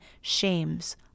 shames